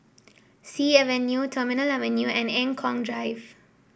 Sea Avenue Terminal Avenue and Eng Kong Drive